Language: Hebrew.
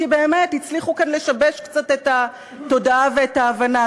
כי באמת הצליחו כאן לשבש קצת את התודעה ואת ההבנה.